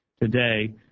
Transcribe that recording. today